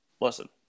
Listen